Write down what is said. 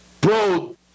bro